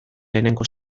lehenengo